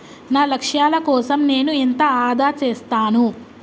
నా లక్ష్యాల కోసం నేను ఎంత ఆదా చేస్తాను?